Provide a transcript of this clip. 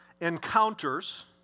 encounters